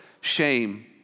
shame